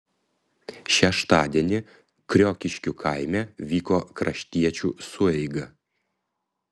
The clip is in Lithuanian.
šeštadienį kriokiškių kaime vyko kraštiečių sueiga